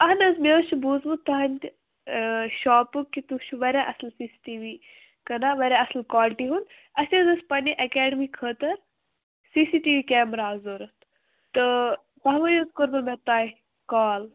اَہن حظ مےٚ حظ چھُ بوٗزمُت تُہٕنٛدِ شاپُک کہِ تُہۍ چھِو واریاہ اصل سی سی ٹی وی کٕنان واریاہ اصل کالٹی ہُنٛد اَسہِ حظ ٲسۍ پَنٕنہِ اَکیڈمی خٲطٕر C C T V camera اکھ ضروٗرت تہٕ اوے حظ کوٚرمو مےٚ تۄہہِ کال